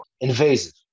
invasive